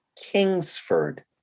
Kingsford